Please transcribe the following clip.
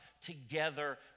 together